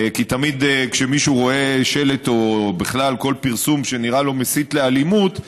כי תמיד כשמישהו רואה שלט או בכלל כל פרסום שנראה לו ומסית לאלימות,